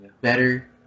better